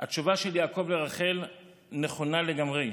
התשובה של יעקב לרחל נכונה לגמרי,